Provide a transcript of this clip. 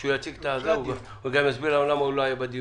כשהוא יציג את הנושא הוא גם יסביר לנו למה הוא לא היה בדיונים.